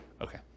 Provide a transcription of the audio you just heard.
Okay